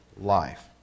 life